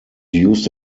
used